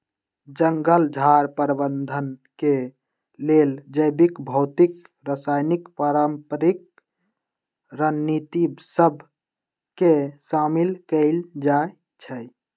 जंगल झार प्रबंधन के लेल जैविक, भौतिक, रासायनिक, पारंपरिक रणनीति सभ के शामिल कएल जाइ छइ